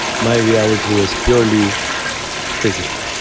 my reality was purely physical.